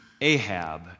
Ahab